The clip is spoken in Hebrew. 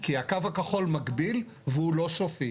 כי הקו הכחול מגביל והוא לא סופי.